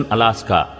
Alaska